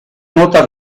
nota